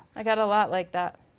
i got a lot like that.